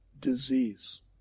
disease